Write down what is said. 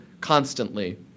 constantly